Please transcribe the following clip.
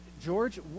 George